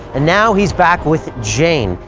and now he's back with jane,